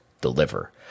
deliver